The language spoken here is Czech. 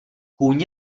kůň